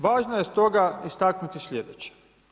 Važno je stoga istaknuti slijedeće.